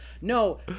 No